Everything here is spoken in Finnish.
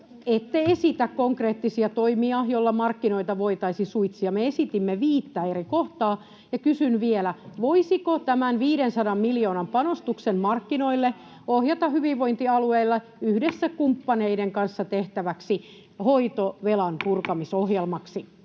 ette esitä konkreettisia toimia, joilla markkinoita voitaisiin suitsia? Me esitimme viittä eri kohtaa. Ja kysyn vielä: voisiko tämän 500 miljoonan panostuksen markkinoille ohjata hyvinvointialueille yhdessä kumppaneiden kanssa tehtäväksi hoitovelan purkamisohjelmaksi?